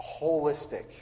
holistic